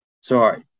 Sorry